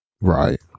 Right